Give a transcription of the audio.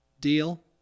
deal